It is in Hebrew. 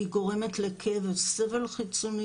היא גורמת לכאב וסבל חיצוני,